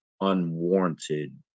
unwarranted